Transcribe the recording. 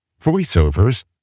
voiceovers